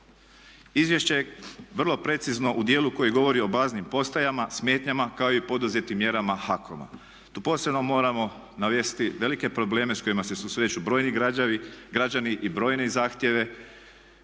Izvješće je vrlo precizno u dijelu koji govori o baznim postajama, smetnjama kao i poduzetim mjerama HAKOM-a. Tu posebno moramo navesti velike probleme sa kojima se susreću brojni građani i brojne zahtjeve